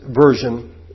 version